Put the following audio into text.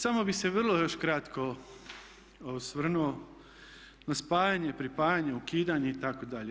Samo bih se vrlo još kratko osvrnuo na spajanje, pripajanje, ukidanje itd.